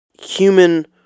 human